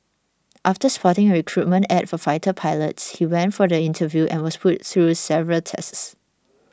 after spotting a recruitment ad for fighter pilots he went for the interview and was put through several tests